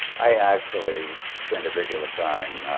i actually spent a great deal of time